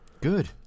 Good